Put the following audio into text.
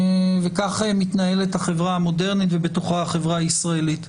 וכך מתנהלת החברה המודרנית ובתוכה החברה הישראלית.